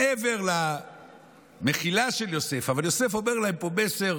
מעבר למחילה של יוסף, אבל יוסף אומר להם פה מסר